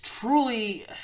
truly